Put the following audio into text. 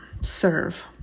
serve